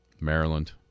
Maryland